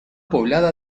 poblada